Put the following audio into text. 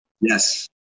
Yes